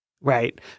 right